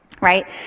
right